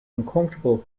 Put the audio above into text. uncomfortable